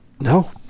no